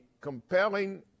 compelling